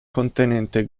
contenente